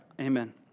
Amen